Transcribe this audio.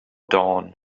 dawn